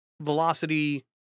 velocity